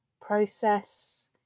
process